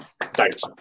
Thanks